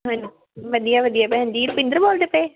ਹਾਂ ਵਧੀਆ ਵਧੀਆ ਭੈਣ ਜੀ ਰੁਪਿੰਦਰ ਬੋਲਦੇ ਪਏ